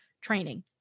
training